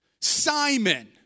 Simon